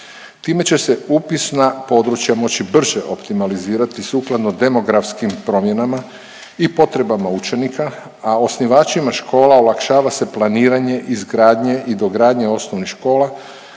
Time će se upisna područja moći brže optimalizirati sukladno demografskim promjenama i potrebama učenika, a osnivačima škola olakšava se planiranje izgradnje i dogradnje osnovnih škola